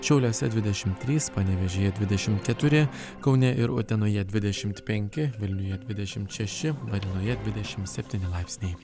šiauliuose dvidešimt trys panevėžyje dvidešimt keturi kaune ir utenoje dvidešimt penki vilniuje dvidešimt šeši varėnoje dvidešimt setpyni laipsniai